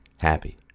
happy